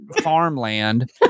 farmland